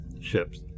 ships